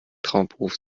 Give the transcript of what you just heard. traumberuf